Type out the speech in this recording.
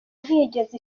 ntiyigeze